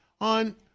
on